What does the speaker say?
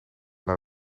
naar